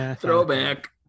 Throwback